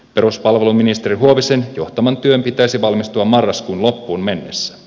peruspalveluministeri huovisen johtaman työn pitäisi valmistua marraskuun loppuun mennessä